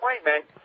appointment